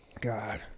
God